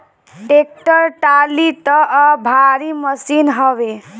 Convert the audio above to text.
tractor trolley तअ भारी machine हवे